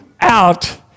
out